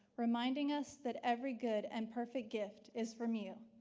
reminding us that every good and perfect gift is from you.